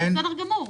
זה בסדר גמור.